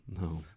No